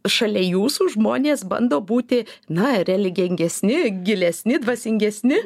šalia jūsų žmonės bando būti na religingesni gilesni dvasingesni